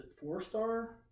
four-star